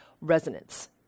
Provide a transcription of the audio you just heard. resonance